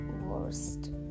worst